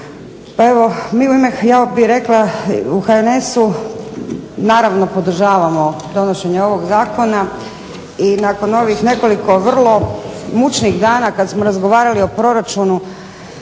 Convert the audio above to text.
Pa evo mi u ime, ja bih rekla u HNS-u, naravno podržavamo donošenje ovog zakona i nakon ovih nekoliko vrlo mučnih dana kad smo razgovarali o proračunu